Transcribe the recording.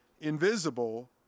invisible